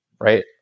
Right